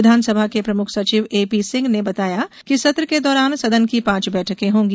विधानसभा के प्रमुख सचिव एपी सिंह ने बताया कि सत्र के दौरान सदन की पांच बैठकें होंगी